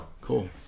Cool